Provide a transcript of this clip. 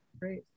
Great